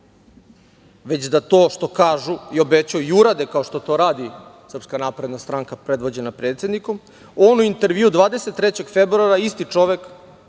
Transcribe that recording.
već da to što kažu i obećaju, i urade, kao što to radi SNS predvođena predsednikom, on u intervjuu 23. februara, isti čovek,